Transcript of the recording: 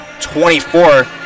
24